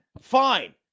fine